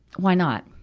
why not?